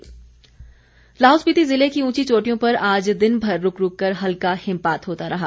मौसम लाहौल स्पीति ज़िले की ऊंची चोटियों पर आज दिनभर रूक रूक कर हल्का हिमपात होता रहा